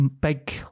Big